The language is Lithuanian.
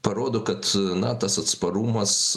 parodo kad na tas atsparumas